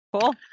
Cool